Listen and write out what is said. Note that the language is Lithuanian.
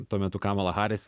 tuo metu kamala haris